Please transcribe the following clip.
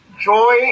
joy